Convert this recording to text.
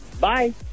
Bye